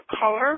color